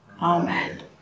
Amen